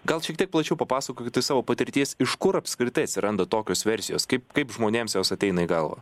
gal šiek tiek plačiau papasakokit iš savo patirties iš kur apskritai atsiranda tokios versijos kaip kaip žmonėms jos ateina į galvą